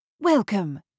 Welcome